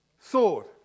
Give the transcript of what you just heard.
Sword